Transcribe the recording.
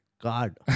god